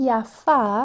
Yafa